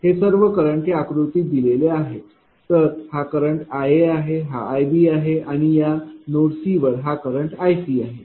हे सर्व करंट या आकृतीत दिलेले आहे तर हा करंट iAआहे हा iBआहे आणि या नोड C वर हा करंट iCआहे